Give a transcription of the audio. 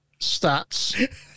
Stats